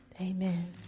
Amen